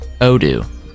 Odoo